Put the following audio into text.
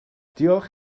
diolch